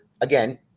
again